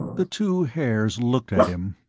the two haers looked at him,